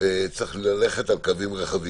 צריך ללכת על קווים רחבים.